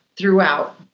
throughout